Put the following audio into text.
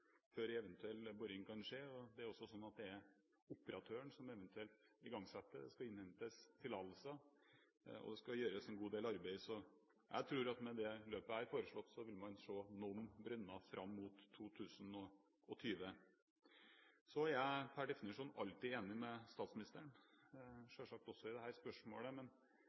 før eventuell boring kan skje. Det er også slik at det er operatøren som eventuelt igangsetter, det skal innhentes tillatelse, og det skal gjøres en god del arbeid. Jeg tror at med det løpet som er foreslått, vil man se noen brønner fram mot 2020. Så er jeg per definisjon alltid enig med statsministeren – selvsagt også i dette spørsmålet. Men det